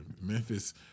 Memphis